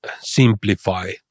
simplify